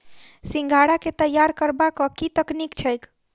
सिंघाड़ा केँ तैयार करबाक की तकनीक छैक?